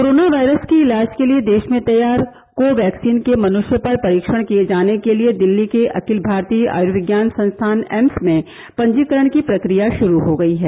corona virus के इलाज के लिए देश में तैयार कोवैक्सीन के मनुष्य पर परीक्षण किये जाने के लिए दिल्ली के अखिल भारतीय आयुर्विज्ञान संस्थान एम्स में पंजीकरण की प्रक्रिया शुरू हो गई है